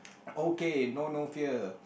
okay no no fear